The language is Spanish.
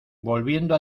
volviendo